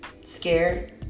Scared